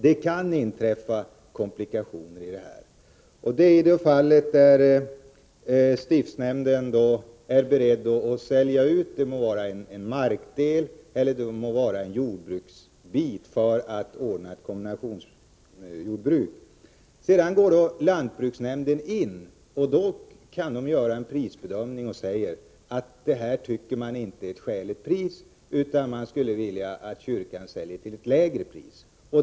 Det kan emellertid bli komplikationer i de fall stiftsnämnden är beredd att sälja ut en bit skogsmark eller en bit jordbruksmark för att ordna ett kombinationsjordbruk. Lantbruksnämnden kan då göra en prisbedömning och säga att man inte anser att priset är skäligt utan vill att kyrkan skall sälja till ett lägre pris.